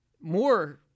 more